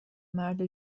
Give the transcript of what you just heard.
مرد